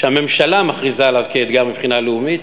שהממשלה מכריזה עליו כאתגר מבחינה לאומית,